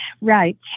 Right